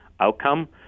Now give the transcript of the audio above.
Outcome